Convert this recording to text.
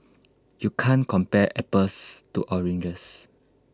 you can't compare apples to oranges